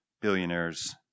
Billionaires